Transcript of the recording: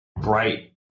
bright